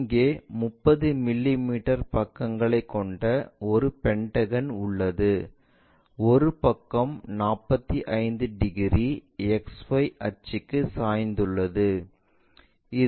இங்கே 30 மிமீ பக்கங்களைக் கொண்ட ஒரு பென்டகன் உள்ளது ஒரு பக்கம் 45 டிகிரி XY அச்சுக்கு சாய்ந்துள்ளது